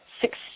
Six